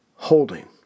holding